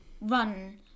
run